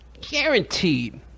guaranteed